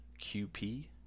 QP